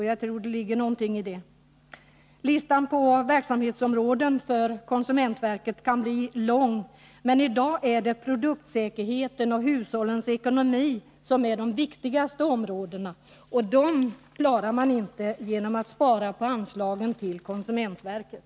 Jag tror att det ligger någonting i det. Listan på verksamhetsområden för konsumentverket kan bli lång, men i dag är det produktsäkerheten och hushållens ekonomi som är de viktigaste områdena. Denna verksamhet klarar man inte genom att spara på anslagen till konsumentverket.